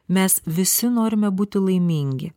mes visi norime būti laimingi